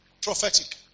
Prophetic